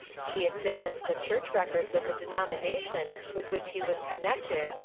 she examined the church records of the denomination with which he was connected,